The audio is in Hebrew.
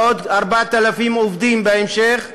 לעוד 4,000 עובדים בהמשך,